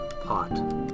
pot